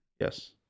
Yes